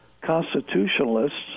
constitutionalists